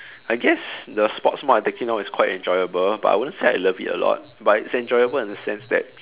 I guess the sports mod I'm taking now is quite enjoyable but I wouldn't say I love it a lot but it's enjoyable in a sense that